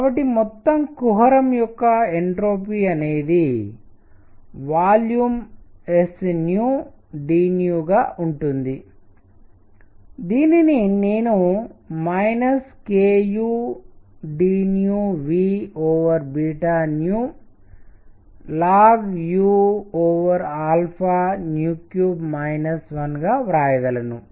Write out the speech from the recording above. కాబట్టి మొత్తం కుహరం యొక్క ఎంట్రోపి అనేది వాల్యూమ్ s dగా ఉంటుంది దీనిని నేను ku dVln 1గా వ్రాయగలను